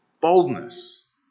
boldness